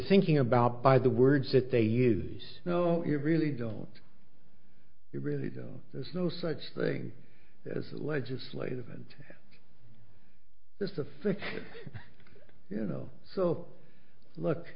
thinking about by the words that they use you know you really don't you really don't there's no such thing as legislative and there's a fix you know so look